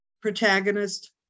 protagonist